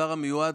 השר המיועד